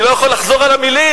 ואני לא יכול לחזור על המלים,